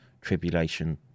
tribulation